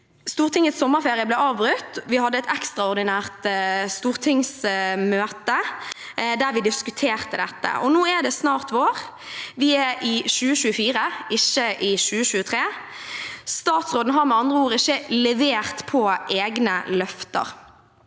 Stortingets sommerferie ble avbrutt, og vi hadde et ekstraordinært stortingsmøte der vi diskuterte dette. Nå er det snart vår. Vi er i 2024, ikke i 2023. Statsråden har med andre ord ikke levert på egne løfter.